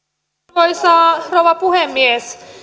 arvoisa rouva puhemies